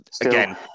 Again